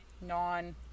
non-